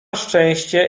szczęście